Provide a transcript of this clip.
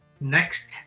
next